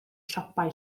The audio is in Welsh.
siopau